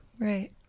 Right